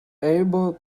able